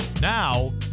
Now